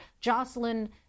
Jocelyn